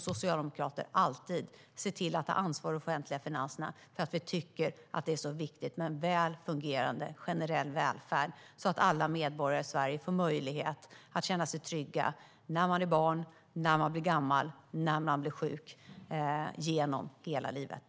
Socialdemokraterna tar alltid ansvar för de offentliga finanserna eftersom vi tycker att det är viktigt med en väl fungerande generell välfärd så att alla medborgare i Sverige ska känna sig trygga när de är barn, när de blir gamla, när de blir sjuka - genom hela livet.